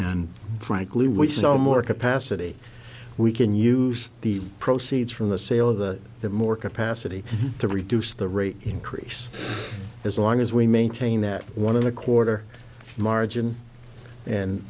than frankly we saw more capacity we can use the proceeds from the sale of the more capacity to reduce the rate increase as long as we maintain that one and a quarter margin and